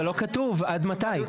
אבל לא כתוב עד מתי.